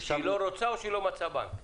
שהיא לא רוצה או שהיא לא מצאה בנק?